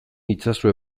itzazue